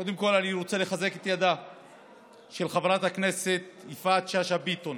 קודם כול אני רוצה לחזק את ידה של חברת הכנסת יפעת שאשא ביטון